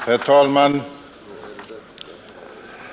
Herr talman!